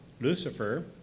Lucifer